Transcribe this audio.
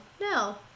no